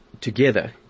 together